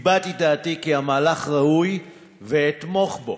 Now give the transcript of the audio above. הבעתי את דעתי כי המהלך ראוי ואתמוך בו,